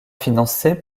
financé